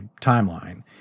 timeline